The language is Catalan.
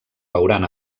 veuran